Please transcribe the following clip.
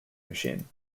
machine